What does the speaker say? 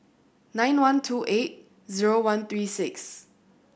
nine one two eight zero one three six